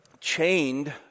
chained